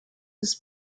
des